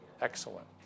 Excellent